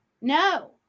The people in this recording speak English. No